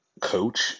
coach